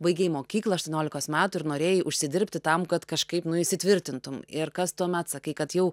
baigei mokyklą aštuoniolikos metų ir norėjai užsidirbti tam kad kažkaip nu įsitvirtintum ir kas tuomet sakai kad jau